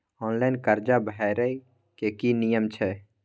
Online कर्जा भरै के की नियम छै?